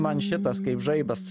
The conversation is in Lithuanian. man šitas kaip žaibas